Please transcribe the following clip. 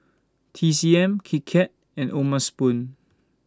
T C M Kit Kat and O'ma Spoon